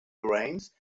brains